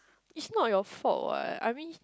it's not your fault what I mean